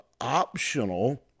optional